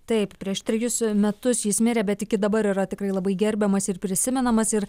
taip prieš trejus metus jis mirė bet iki dabar yra tikrai labai gerbiamas ir prisimenamas ir